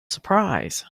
surprise